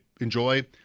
enjoy